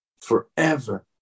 forever